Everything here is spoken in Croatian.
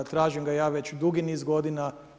Tražim ga ja već dugi niz godina.